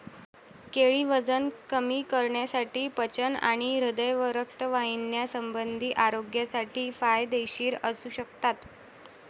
केळी वजन कमी करण्यासाठी, पचन आणि हृदय व रक्तवाहिन्यासंबंधी आरोग्यासाठी फायदेशीर असू शकतात